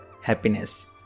happiness